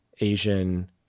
Asian